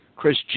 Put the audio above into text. Chris